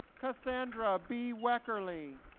cassandra b. weckerly